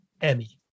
emmy